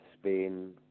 Spain